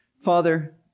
Father